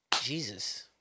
Jesus